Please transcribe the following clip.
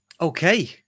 Okay